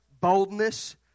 Boldness